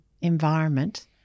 environment